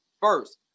first